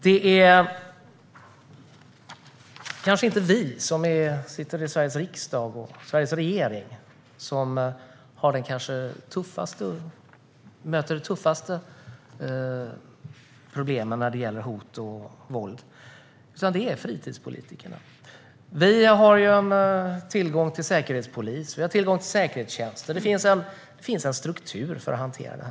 Det är kanske inte vi som sitter i Sveriges riksdag och Sveriges regering som möter de tuffaste problemen när det gäller hot och våld, utan det är fritidspolitikerna. Vi har tillgång till säkerhetspolis och säkerhetstjänster. Det finns en struktur för att hantera det.